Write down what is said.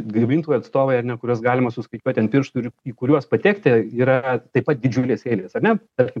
gamintojų atstovai ar ne kuriuos galima suskaičiuoti ant pirštų ir į kuriuos patekti yra taip pat didžiulės eilės ar ne tarkim